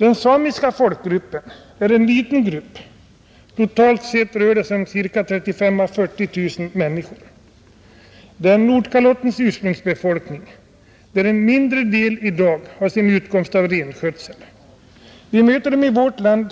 Den samiska folkgruppen är liten; totalt sett rör det sig om 35 000 å 40 000 människor. Det är ursprungsbefolkningen på Nordkalotten, där en mindre del av befolkningen i dag har sin utkomst av renskötsel. Vi möter dem